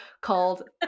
called